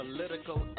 Political